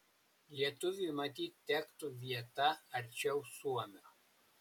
lietuviui matyt tektų vieta arčiau suomio